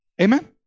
Amen